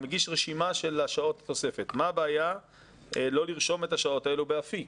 את שעות התוספת מה הבעיה לא לרשום את השעות האלו באפיק?